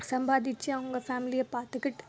சம்பாதித்து அவங்க ஃபேமிலியை பார்த்துக்கிட்டு